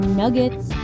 nuggets